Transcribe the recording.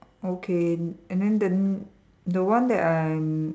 okay and then the the one that I'm